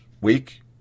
week